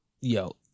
yo